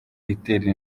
itera